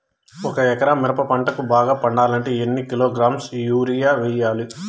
ఒక ఎకరా మిరప పంటకు బాగా పండాలంటే ఎన్ని కిలోగ్రామ్స్ యూరియ వెయ్యాలి?